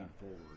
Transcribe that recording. forward